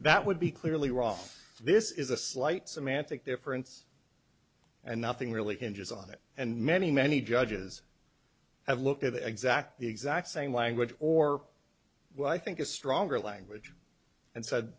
that would be clearly wrong this is a slight semantic difference and nothing really hinges on it and many many judges have looked at the exact the exact same language or what i think is stronger language and said